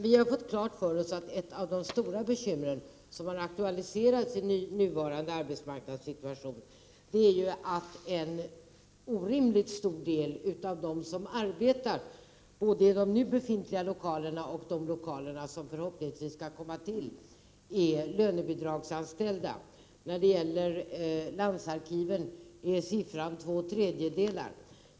Vi har fått klart för oss att ett av de stora bekymren, som har aktualiserats i nuvarande arbetsmarknadssituation, är att en orimligt stor del av dem som arbe 23 tar både i de nu befintliga lokalerna och i dem som förhoppningsvis skall komma till, är lönebidragsanställda. När det gäller landsarkiven är andelen två tredjedelar.